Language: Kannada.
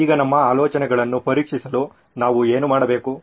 ಈಗ ನಮ್ಮ ಆಲೋಚನೆಗಳನ್ನು ಪರೀಕ್ಷಿಸಲು ನಾವು ಏನು ಮಾಡಬೇಕು